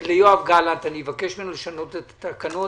ליואב גלנט, ואבקש ממנו לשנות את התקנות,